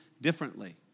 Differently